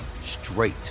straight